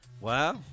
Wow